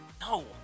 No